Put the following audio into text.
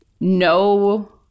No